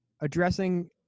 addressing